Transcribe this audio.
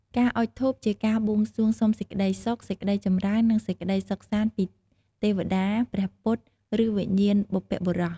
ការអុជធូបជាការបួងសួងសុំសេចក្តីសុខ សេចក្តីចម្រើន និងសេចក្តីសុខសាន្តពីទេវតា ព្រះពុទ្ធ ឬវិញ្ញាណបុព្វបុរស។